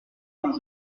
cent